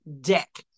deck